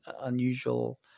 unusual